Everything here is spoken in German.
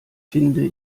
finde